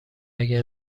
اگه